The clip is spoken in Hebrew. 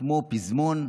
כמו פזמון,